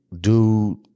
Dude